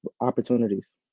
opportunities